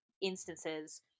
instances